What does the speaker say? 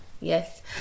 Yes